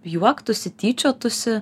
juoktųsi tyčiotųsi